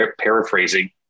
paraphrasing